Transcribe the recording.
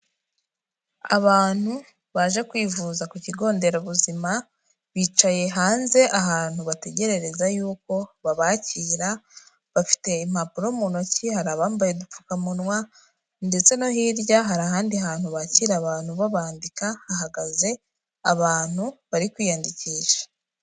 Abantu baje kwivuza ku kigo nderabuzima bicaye hanze ahantu bategerereza yuko babakira, bafite impapuro mu ntoki, hari abambaye udupfukamunwa ndetse no hirya hari ahandi hantu bakira abantu babandika, hahagaze abantu bari kwiyandikisha.